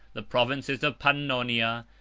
the provinces of pannonia,